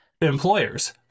employers